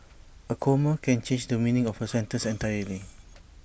A comma can change the meaning of A sentence entirely